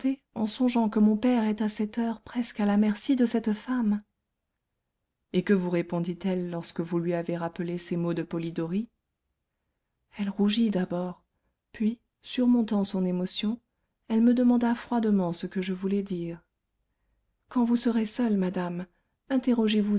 en songeant que mon père est à cette heure presque à la merci de cette femme et que vous répondit-elle lorsque vous lui avez rappelé ces mots de polidori elle rougit d'abord puis surmontant son émotion elle me demanda froidement ce que je voulais dire quand vous serez seule madame interrogez vous